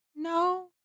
No